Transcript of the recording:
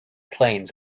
planes